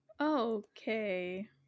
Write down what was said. Okay